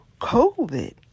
COVID